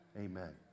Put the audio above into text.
Amen